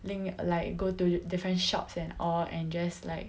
link like go to different shops and all and just like